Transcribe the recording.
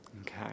Okay